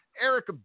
Eric